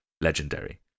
legendary